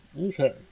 Okay